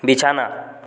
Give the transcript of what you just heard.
বিছানা